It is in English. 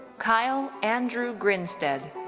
kyle andrew grinstead.